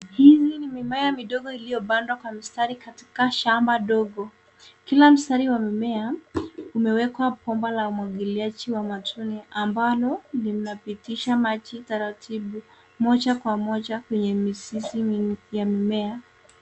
Hii ni mimea midogo iliyopandwa kwa mistari katika shamba dogo. Kila mstari wa mimea umewekwa bomba la umwagiliaji wa matone ambalo linapitisha maji taratibu moja kwa moja kwenye mizizi ya mimea.